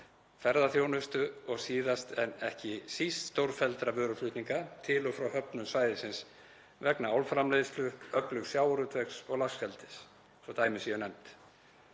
ferðaþjónustu og síðast en ekki síst stórfelldra vöruflutninga til og frá höfnum svæðisins vegna álframleiðslu, öflugs sjávarútvegs og laxeldis, svo að dæmi séu nefnd.